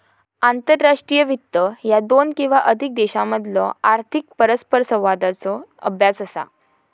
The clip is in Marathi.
आंतरराष्ट्रीय वित्त ह्या दोन किंवा अधिक देशांमधलो आर्थिक परस्परसंवादाचो अभ्यास असा